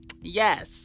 yes